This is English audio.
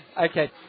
Okay